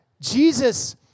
Jesus